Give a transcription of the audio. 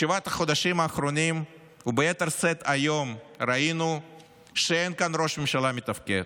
בשבעת החודשים האחרונים וביתר שאת היום ראינו שאין כאן ראש ממשלה מתפקד.